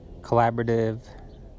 collaborative